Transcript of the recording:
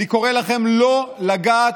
אני קורא לכם לא לגעת